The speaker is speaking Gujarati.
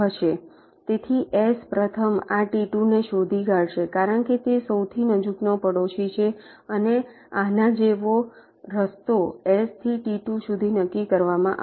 તેથી S પ્રથમ આ T2 ને શોધી કાઢશે કારણ કે તે સૌથી નજીકનો પડોશી છે અને આના જેવો રસ્તો S થી T2 સુધી નક્કી કરવામાં આવશે